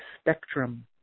spectrum